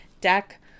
deck